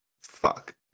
Fuck